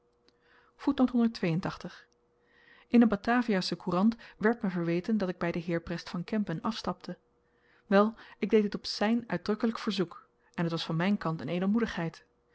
in n bataviasche courant werd me verweten dat ik by den heer brest van kempen afstapte wel ik deed dit op zyn uitdrukkelyk verzoek en t was van myn kant n